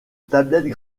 tablettes